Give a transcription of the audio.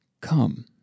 come